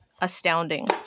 astounding